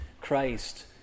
Christ